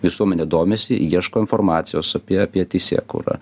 visuomenė domisi ieško informacijos apie apie teisėkūrą